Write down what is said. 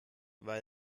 weil